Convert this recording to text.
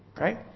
Right